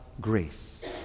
grace